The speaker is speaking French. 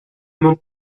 mentent